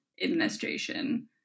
administration